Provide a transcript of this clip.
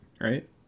right